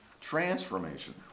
Transformation